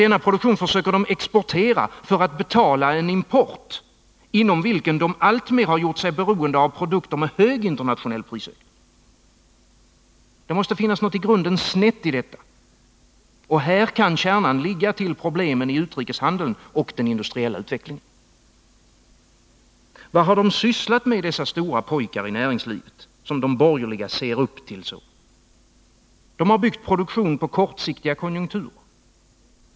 Den försöker de exportera för att betala en import inom vilken de alltmer har gjort sig beroende av produkter med hög internationell prisökning. Det måste vara något i grunden snett i detta. Här kan kärnan ligga till problemen i utrikeshandeln och den industriella utvecklingen. Vad har de sysslat med, dessa stora pojkar i näringslivet, som de borgerliga ser upp till? De har byggt produktion på kortsiktiga konjunkturer.